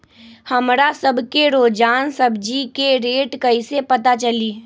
हमरा सब के रोजान सब्जी के रेट कईसे पता चली?